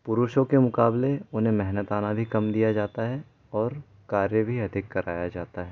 पुरुषों के मुकाबले उन्हें मेहनताना भी कम दिया जाता है और कार्य भी अधिक कराया जाता है